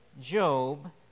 Job